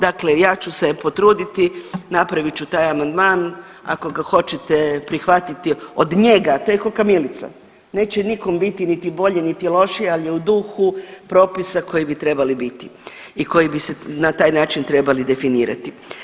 Dakle, ja ću se potruditi napravit ću taj amandman, ako ga hoćete prihvatiti do njega, to je kao kamilica, neće nikom biti niti bolje niti lošije ali je u duhu propisa koji bi trebali biti i koji bi se na taj način trebali definirati.